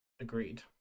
Agreed